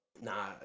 Nah